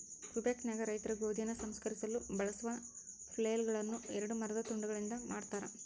ಕ್ವಿಬೆಕ್ನಾಗ ರೈತರು ಗೋಧಿಯನ್ನು ಸಂಸ್ಕರಿಸಲು ಬಳಸುವ ಫ್ಲೇಲ್ಗಳುನ್ನ ಎರಡು ಮರದ ತುಂಡುಗಳಿಂದ ಮಾಡತಾರ